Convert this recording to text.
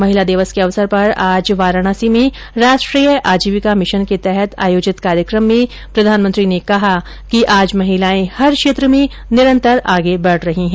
महिला दिवस के अवसर पर आज वाराणसी में राष्ट्रीय आजीविका मिशन के तहत आयोजित कार्यकम में प्रधानमंत्री ने कहा कि आज महिलाएं हर क्षेत्र में निरंतर आगे बढ रही है